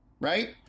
Right